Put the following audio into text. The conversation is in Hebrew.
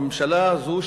הממשלה הזאת,